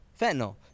fentanyl